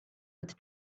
with